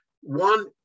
one